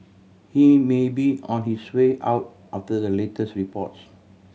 he may be on his way out after the latest reports